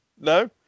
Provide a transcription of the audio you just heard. No